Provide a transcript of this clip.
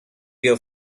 your